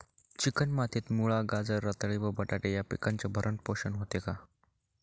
Chicken मातीत मुळा, गाजर, रताळी व बटाटे या पिकांचे भरण पोषण होते का?